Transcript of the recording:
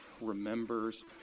remembers